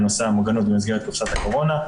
לנושא של המוגנות במסגרת קופסת הקורונה.